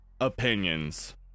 opinions